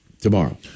tomorrow